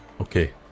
Okay